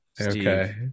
Okay